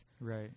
Right